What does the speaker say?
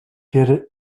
werde